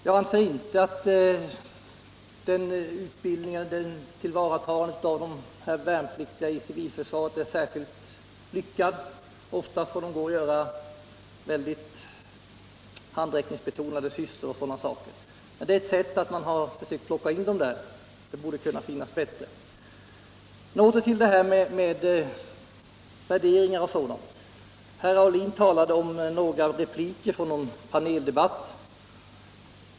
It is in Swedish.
Jag anser inte att denna utbildning är ett särskilt lyckat tillvaratagande — Nr 31 av dessa värnpliktiga i civilförsvaret. Oftast får de ägna sig åt mycket handräckningsbetonade sysslor. Det borde finnas bättre sätt att tillvarata deras tjänstgöringstid än att plocka in dem där. Åter till det här med värderingar: Herr Aulin nämnde repliker från - Om ändring i någon paneldebatt.